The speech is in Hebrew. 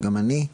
גם אני,